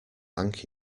thank